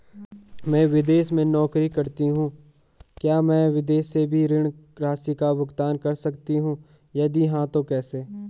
मैं विदेश में नौकरी करतीं हूँ क्या मैं विदेश से भी ऋण राशि का भुगतान कर सकती हूँ यदि हाँ तो कैसे?